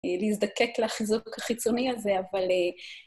להזדקק לחיזוק החיצוני הזה, אבל...